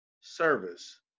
service